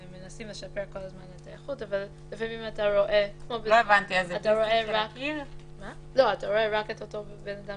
הם מנסים לשפר כל הזמן את האיכות אבל לפעמים אתה רואה רק את אותו בן אדם